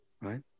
right